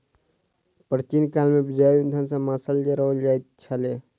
प्राचीन काल मे जैव इंधन सॅ मशाल जराओल जाइत छलै